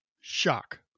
shock